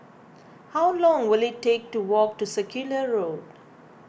how long will it take to walk to Circular Road